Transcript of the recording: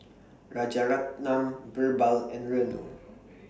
Rajaratnam Birbal and Renu